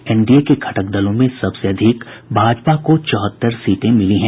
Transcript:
NDA के घटक दलों में सबसे अधिक भाजपा को चौहत्तर सीटें मिली हैं